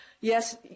yes